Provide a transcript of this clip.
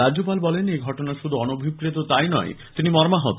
রাজ্যপাল বলেন এই ঘটনা শুধু অনভিপ্রত তা ই নয় তিনি মর্মাহত